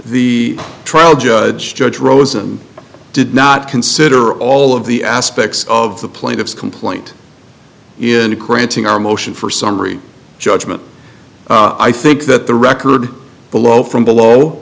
the trial judge judge rosen did not consider all of the aspects of the plaintiff's complaint in the granting our motion for summary judgment i think that the record below from below